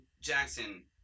Jackson